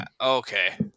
Okay